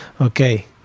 Okay